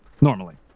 normally